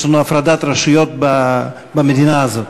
יש לנו הפרדת רשויות במדינה הזאת.